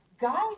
guide